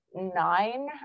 nine